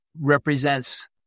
represents